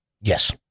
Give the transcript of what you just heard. Yes